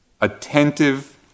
attentive